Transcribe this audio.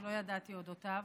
שלא ידעתי על אודותיו,